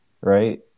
right